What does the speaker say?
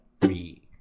three